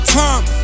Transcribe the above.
time